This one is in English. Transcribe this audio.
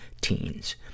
teens